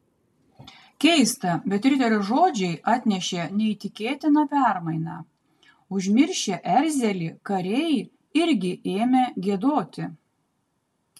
keista bet riterio žodžiai atnešė neįtikėtiną permainą užmiršę erzelį kariai irgi ėmė giedoti